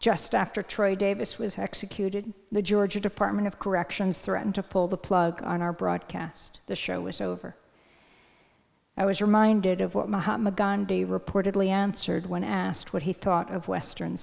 just after troy davis was executed the georgia department of corrections threatened to pull the plug on our broadcast the show was over i was reminded of what mahatma gandhi reportedly answered when asked what he thought of western